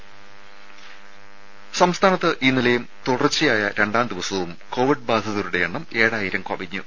ദേദ സംസ്ഥാനത്ത് ഇന്നലെയും തുടർച്ചയായ രണ്ടാം ദിവസവും കോവിഡ് ബാധിതരുടെ എണ്ണം ഏഴായിരം കവിഞ്ഞു